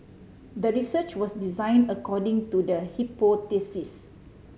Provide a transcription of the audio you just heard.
the research was designed according to the hypothesis